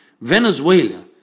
Venezuela